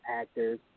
actors